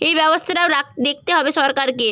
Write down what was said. এই ব্যবস্থাটাও দেখতে হবে সরকারকে